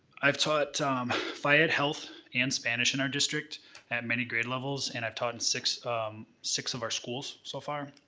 i've taught phy ed, health, and spanish in our district at many grade levels, and i've taught in six six of our schools so far,